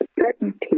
certainty